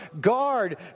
Guard